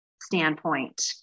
standpoint